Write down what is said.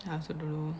now I also don't know